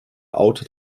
autor